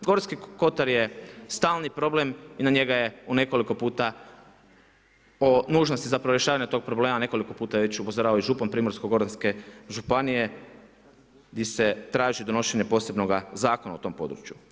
Gorski kotar je stalni problem i na njega je nekoliko puta o nužnosti zapravo rješavanja tog problema, nekoliko puta je već upozorio župan Primorsko goranske županije, gdje se traži donošenje posebnoga zakona o tom području.